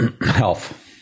health